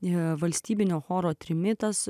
ir valstybinio choro trimitas